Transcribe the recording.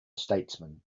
statesmen